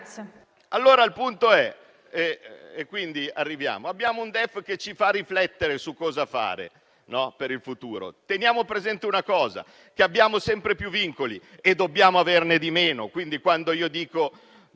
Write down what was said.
Il punto è che abbiamo un DEF che ci fa riflettere su cosa fare per il futuro. Teniamo presente che abbiamo sempre più vincoli mentre dobbiamo averne di meno.